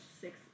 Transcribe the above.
six